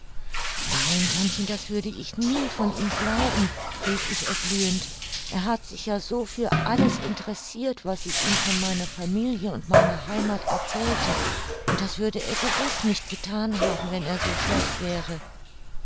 nein tantchen das würde ich nie von ihm glauben rief ich erglühend er hat sich ja so für alles interessirt was ich ihm von meiner familie und meiner heimath erzählte und das würde er gewiß nicht gethan haben wenn er so schlecht wäre